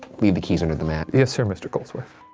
leave the keys under the mat. yes sir, mr. goldsworth.